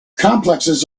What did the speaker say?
complexes